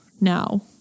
now